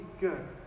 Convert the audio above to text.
good